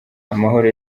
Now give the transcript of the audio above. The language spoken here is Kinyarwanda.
amahoro